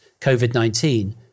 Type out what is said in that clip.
COVID-19